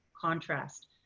contrast